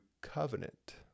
covenant